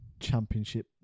Championship